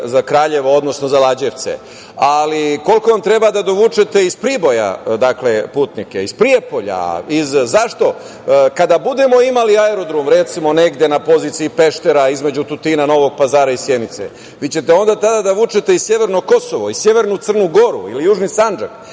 za Kraljevo, odnosno za Lađevce ali koliko on treba da dovučete iz Priboja putnike, iz Prijepolja. Zašto? Kada budemo imali aerodrom, recimo negde na poziciji Peštera, između Tutina, Novog Pazara i Sjenice, vi ćete onda tada da vučete i severno Kosovo i severnu Crnu Goru ili južni Sandžak.